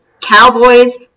Cowboys